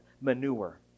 manure